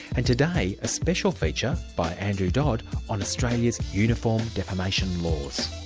and today, a special feature by andrew dodd on australia's uniform defamation laws.